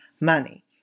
money